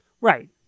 Right